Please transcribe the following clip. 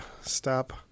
stop